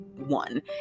one